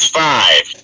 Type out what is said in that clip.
five